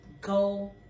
go